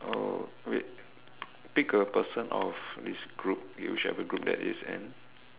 oh wait pick a person of this group you should have a group that is an